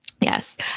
Yes